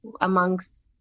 amongst